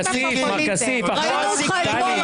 --- כסיף, כסיף, אתה מחזיק דגלים.